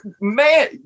man